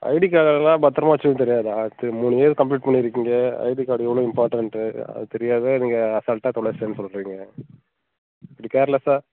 ID கார்ட்டெல்லாம் பத்திரமாக வச்சுக்க தெரியாதா அடுத்த மூணு இயர் கம்ப்ளீட் பண்ணிருக்கீங்க ஐடி கார்ட் எவ்வளோ இம்பார்ட்டண்ட்டு அது தெரியாத நீங்கள் அசால்ட்டா தொலைச்சுட்டேன்னு சொல்கிறீங்க இப்படி கேர்லஸ்ஸா